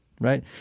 Right